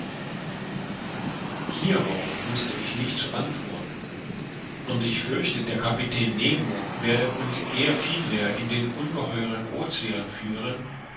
hierauf wußte ich nicht zu antworten und ich fürchtete der kapitän nemo werde uns eher vielmehr in den ungeheuren ocean führen